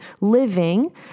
living